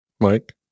Mike